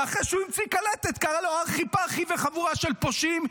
ואחרי שהוא המציא קלטת קרא לו ארחי-פרחי וחבורה של פושעים.